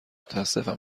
متاسفم